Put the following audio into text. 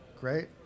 Great